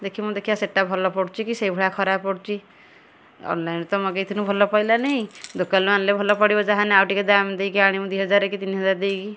ଦେଖିମୁ ଦେଖିଆ ସେଟା ଭଲ ପଡୁଛି କି ସେଇ ଭଳିଆ ଖରାପ ପଡ଼ୁଛି ଅନ୍ଲାଇନ୍ରୁ ତ ମଗେଇ ଥିନୁ ଭଲ ପଇଲାନାଇଁ ଦୋକାନରୁ ଆଣିଲେ ଭଲ ପଡ଼ିବ ଯାହା ହେନେ ଆଉ ଟିକେ ଦାମ୍ ଦେଇକି ଆଣିମୁ ଦୁଇହଜାର କି ତିନି ହଜାର ଦେଇକି